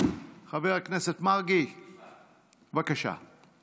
חבר הכנסת מרגי, בבקשה.